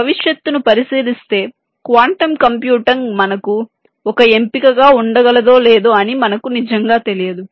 భవిష్యత్తును పరిశీలిస్తే quantum computing మనకు ఒక ఎంపికగా ఉండగలదో లేదో అని మనకు నిజంగా తెలియదు